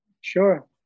Sure